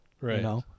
Right